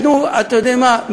אתם יודעים מה,